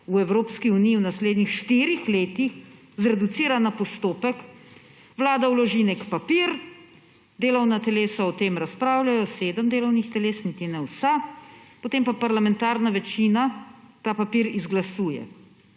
v Evropski uniji v naslednjih štirih letih, zreducira na postopek: Vlada vloži neki papir, delovna telesa o tem razpravljajo – sedem delovnih teles, niti ne vsa – potem pa parlamentarna večina ta papir izglasuje.